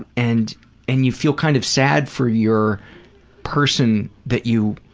and and you feel kind of sad for your person that you,